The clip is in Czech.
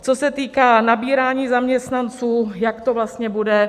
Co se týká nabírání zaměstnanců, jak to vlastně bude.